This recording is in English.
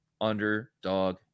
underdog